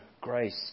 grace